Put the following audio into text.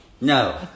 No